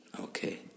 okay